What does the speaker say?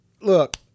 look